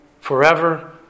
forever